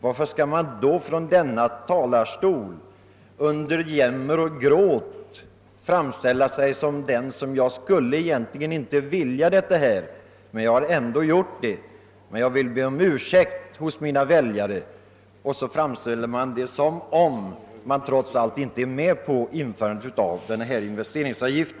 Varför skall man då under jämmer och gråt säga ungefär så här: >Jag skulle egentligen inte vilja vara med om det här, men jag har ändå gått med på det, och nu vill jag be om ursäkt hos mina väljare.»? På detta sätt framställer man saken som om man trots allt inte går med på förslaget om investeringsavgift.